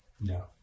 No